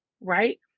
right